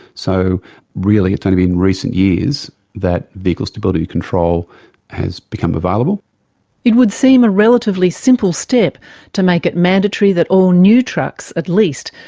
so really it's only been recent years that vehicle stability control has become available it would seem a relatively simple step to make it mandatory that all new trucks, at least,